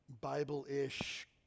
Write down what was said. Bible-ish